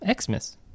Xmas